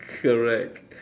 correct